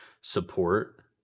support